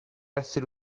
essere